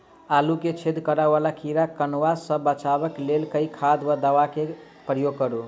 आलु मे छेद करा वला कीड़ा कन्वा सँ बचाब केँ लेल केँ खाद वा दवा केँ प्रयोग करू?